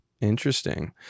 Interesting